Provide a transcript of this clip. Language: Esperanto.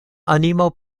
animo